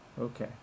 okay